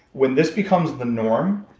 when this becomes the norm.